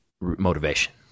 motivation